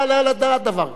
לא יעלה על הדעת דבר כזה.